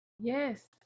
yes